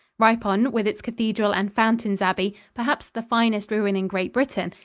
ripon, with its cathedral and fountains abbey, perhaps the finest ruin in great britain,